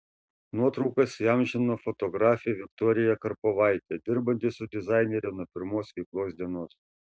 nuotraukas įamžino fotografė viktorija karpovaitė dirbanti su dizainere nuo pirmos veiklos dienos